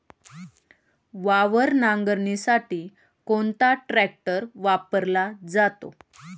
वावर नांगरणीसाठी कोणता ट्रॅक्टर वापरला जातो?